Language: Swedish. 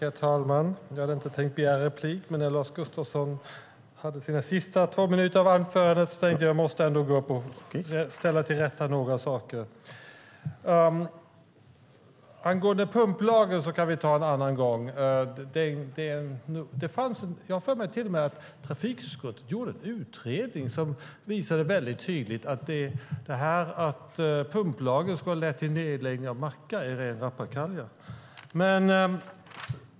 Herr talman! Jag hade inte tänkt begära replik, men när Lars Gustafsson hade sina sista två minuter tänkte jag att jag ändå måste gå upp och ställa till rätta några saker. Diskussionen om pumplagen kan vi ta en annan gång. Jag har till och med för mig att trafikutskottet gjorde en utredning som tydligt visade att detta att pumplagen skulle ha lett till nedläggning av mackar var ren rappakalja.